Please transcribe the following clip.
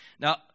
Now